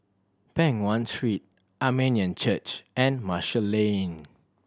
Peng Nguan Street Armenian Church and Marshall Lane